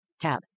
Tab